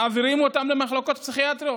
מעבירה אותם למחלקות פסיכיאטריות.